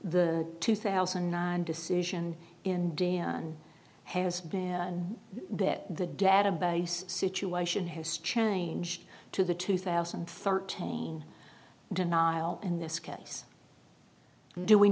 the two thousand and nine decision in dan has been and that the database situation has changed to the two thousand and thirteen denial in this case do we